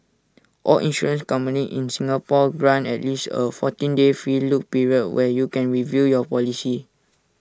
all insurance companies in Singapore grant at least A fourteen day free look period where you can review your policy